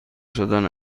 شدن